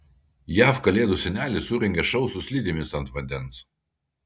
jav kalėdų senelis surengė šou su slidėmis ant vandens